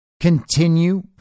continue